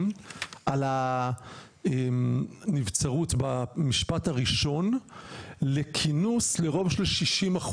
על הנבצרות במשפט הראשון לכינוס לרוב של 60%,